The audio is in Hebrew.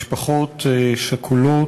משפחות שכולות.